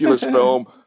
film